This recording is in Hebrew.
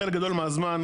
בחלק גדול מהזמן,